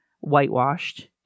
whitewashed